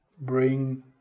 bring